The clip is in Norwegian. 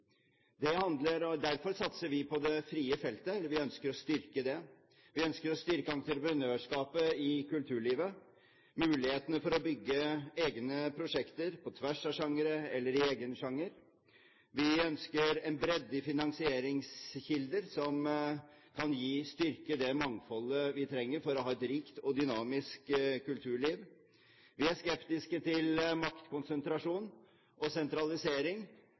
Det handler om en kulturpolitikk som vil satse på den innsats hver enkelt av oss har å gi. Derfor satser vi på det frie feltet, vi ønsker å styrke det. Vi ønsker å styrke entreprenørskap i kulturlivet, mulighetene for å bygge egne prosjekter på tvers av sjangre eller i egen sjanger. Vi ønsker en bredde i finansieringskildene som kan styrke det mangfoldet vi trenger for å ha et riktig og dynamisk kulturliv. Vi er skeptiske